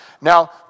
Now